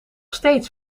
steeds